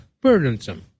burdensome